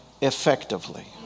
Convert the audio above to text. effectively